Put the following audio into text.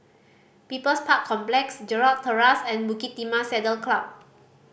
People's Park Complex Gerald Terrace and Bukit Timah Saddle Club